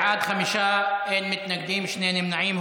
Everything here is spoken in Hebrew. בעד, חמישה, אין מתנגדים, שני נמנעים.